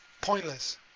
Pointless